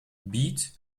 beat